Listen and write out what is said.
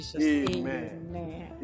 Amen